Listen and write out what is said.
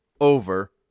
over